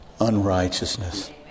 unrighteousness